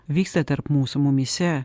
vyksta tarp mūsų mumyse